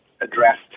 addressed